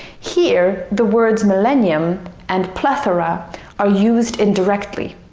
here, the words millennium and plethora are used indirectly,